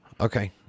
Okay